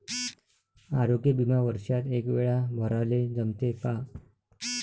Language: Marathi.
आरोग्य बिमा वर्षात एकवेळा भराले जमते का?